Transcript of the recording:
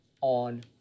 on